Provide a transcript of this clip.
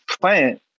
plant